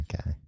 Okay